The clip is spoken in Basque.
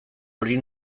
hori